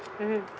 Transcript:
mmhmm